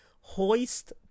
Hoist